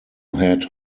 had